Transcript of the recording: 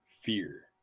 fear